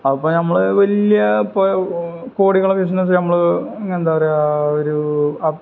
അപ്പോള് നമ്മള് വലിയ കോടികളെ ബിസിനസ് നമ്മള് എന്താ പറയുക